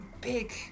big